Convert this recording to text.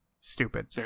Stupid